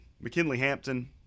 McKinley-Hampton